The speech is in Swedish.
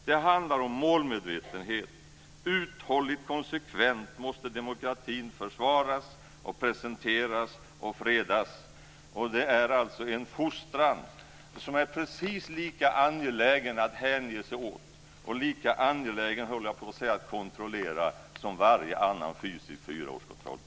Det handlar om målmedvetenhet - uthålligt och konsekvent måste demokratin försvaras, presenteras och fredas. Det är en fostran som är precis lika angelägen att hänge sig åt och lika angelägen att "kontrollera" som varje annan fysisk fyraårskontroll.